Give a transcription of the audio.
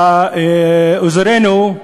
באזורנו,